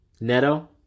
Neto